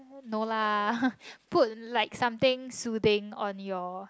no lah put like something soothing on your